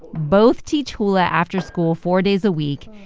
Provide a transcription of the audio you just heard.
both teach hula after school four days a week,